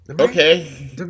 Okay